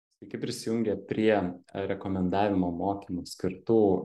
sveiki prisijungę prie rekomendavimo mokymų skirtų